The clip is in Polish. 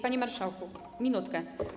Panie marszałku, minutkę.